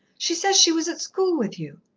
she says she was at school with you.